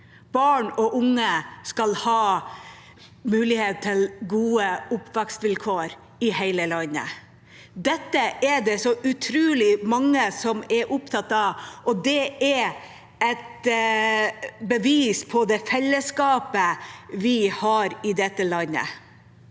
Barn og unge skal ha mulighet til gode oppvekstsvilkår i hele landet. Dette er det så utrolig mange som er opptatt av, og det er et bevis på det fellesskapet vi har i dette landet.